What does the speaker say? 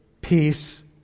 peace